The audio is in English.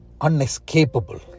unescapable